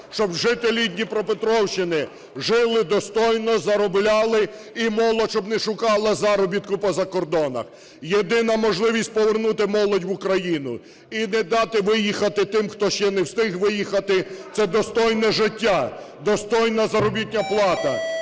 щоб жителі Дніпропетровщини жили достойно, заробляли і молодь щоб не шукала заробітку по закордонах. Єдина можливість повернути молодь в Україну і не дати виїхати тим, хто ще не встиг виїхати, - це достойне життя, достойна заробітна плата,